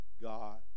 God